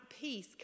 peace